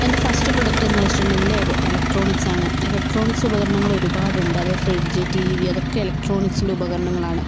എൻ്റെ first product എന്താന്ന് വെച്ചിട്ടുണ്ടെങ്കിൽ ഇലക്ട്രോണിക്സ് ആണ് ഇലക്ട്രോണിക്സ് ഉപകരണങ്ങൾ ഒരുപാടുണ്ട് അത് ഫ്രിഡ്ജ് ടി വി അതൊക്കെ ഇലക്ട്രോണിക്സിൻ്റെ ഉപകരങ്ങളാണ്